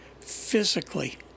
physically